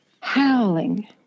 howling